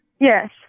Yes